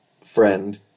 friend